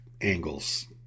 angles